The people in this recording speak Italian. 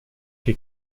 che